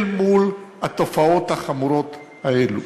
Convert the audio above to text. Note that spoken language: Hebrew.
אל מול התופעות החמורות האלו,